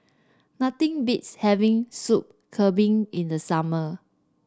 nothing beats having Soup Kambing in the summer